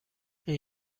این